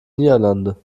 niederlande